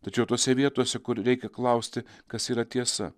tačiau tose vietose kur reikia klausti kas yra tiesa